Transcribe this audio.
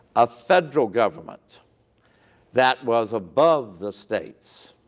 a federal government that was above the states.